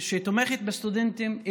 שתומכת בסטודנטים,